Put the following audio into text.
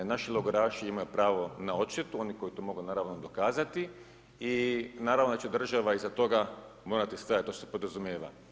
Naši logoraši imaju pravo na odštetu, oni koji to mogu, naravno, dokazati i naravno da će država iza toga morati stajati, to se podrazumijeva.